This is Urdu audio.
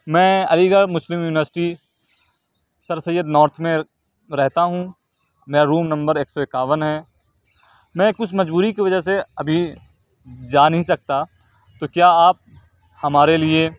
میں Aligarh Muslim university Sir Syed north میں رہتا ہوں میرا روم نمبر ایک سو اکیاون ہے میں کچھ مجبوری کی وجہ سے ابھی جا نہیں سکتا تو کیا آپ ہمارے لیے